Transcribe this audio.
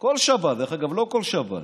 כל שבת, דרך אגב, לא כל שבת,